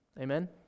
Amen